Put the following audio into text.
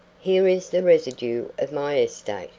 here is the residue of my estate,